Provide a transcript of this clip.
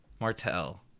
Martell